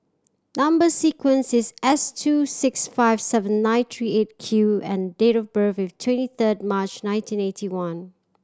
number sequence is S two six five seven nine three Eight Q and date of birth is twenty third March nineteen eighty one